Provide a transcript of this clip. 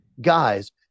guys